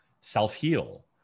self-heal